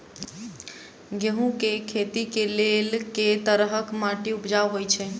गन्ना केँ खेती केँ लेल केँ तरहक माटि उपजाउ होइ छै?